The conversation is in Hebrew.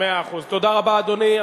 תודה רבה, אדוני.